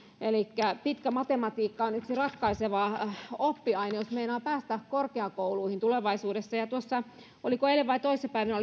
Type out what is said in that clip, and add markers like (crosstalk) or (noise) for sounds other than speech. elikkä pitkä matematiikka on yksi ratkaiseva oppiaine jos meinaa päästä korkeakouluihin tulevaisuudessa ja helsingin sanomissa oli oliko eilen vai toissa päivänä (unintelligible)